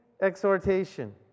exhortation